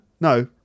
no